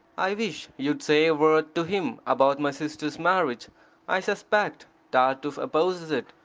i wish you'd say a word to him about my sister's marriage i suspect tartuffe opposes it,